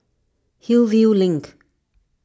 Hillview Link